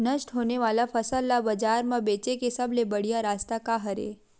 नष्ट होने वाला फसल ला बाजार मा बेचे के सबले बढ़िया रास्ता का हरे?